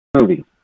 movie